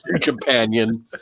companion